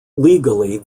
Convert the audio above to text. legally